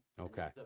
Okay